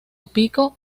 pico